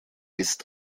ist